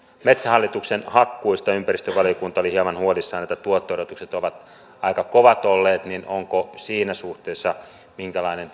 metsähallituksen hakkuista ympäristövaliokunta oli hieman huolissaan tuotto odotukset ovat aika kovat olleet onko siinä suhteessa minkälainen